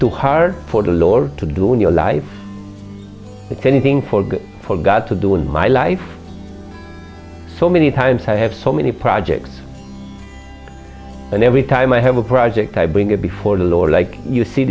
too hard for the lord to do in your life if anything for god for god to do in my life so many times i have so many projects and every time i have a project i bring it before the lord like you see